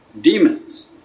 demons